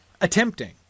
Attempting